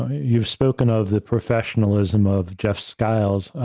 you've spoken of the professionalism of jeff skiles.